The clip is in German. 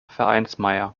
vereinsmeier